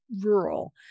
rural